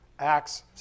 Acts